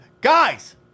guys